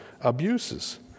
abuses